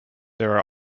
there